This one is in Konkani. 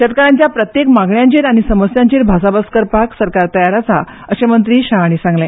शेतकाऱ्यांच्या प्रत्येक मागण्यांचेर आनी समस्यांचेर भासाभास करपाक सरकार तयार आसा अशे मंत्री शाह हांणी सांगले